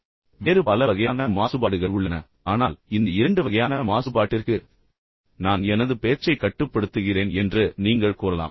எனவே வேறு பல வகையான மாசுபாடுகள் உள்ளன ஆனால் இந்த இரண்டு வகையான மாசுபாட்டிற்கு நான் எனது பேச்சைக் கட்டுப்படுத்துகிறேன் என்று நீங்கள் கூறலாம்